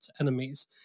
enemies